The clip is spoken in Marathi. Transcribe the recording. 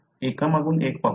आपण एकामागून एक पाहूया